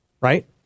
Right